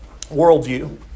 Worldview